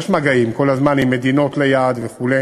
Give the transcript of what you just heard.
ויש מגעים כל הזמן עם מדינות ליד וכו'